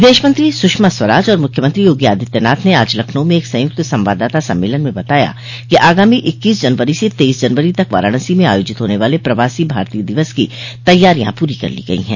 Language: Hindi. विदेश मंत्री सुषमा स्वराज और मुख्यमंत्री योगी आदित्यनाथ ने आज लखनऊ में एक संयुक्त संवाददाता सम्मेलन में बताया कि आगामी इक्कीस जनवरी से तेईस जनवरी तक वाराणसी में आयोजित होने वाले प्रवासी भारतीय दिवस की तयारियां पूरी कर ली गई है